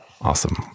Awesome